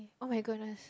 oh-my-goodness